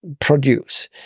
produce